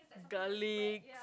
girly